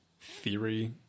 theory